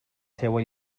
seua